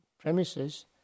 premises